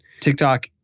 TikTok